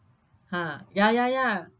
ha ya ya ya